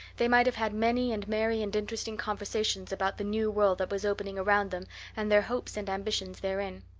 they might have had many and merry and interesting conversations about the new world that was opening around them and their hopes and ambitions therein.